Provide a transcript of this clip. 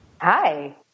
Hi